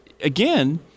again